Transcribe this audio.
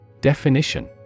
Definition